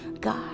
God